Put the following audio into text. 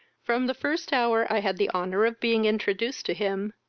from the first hour i had the honour of being introduced to him,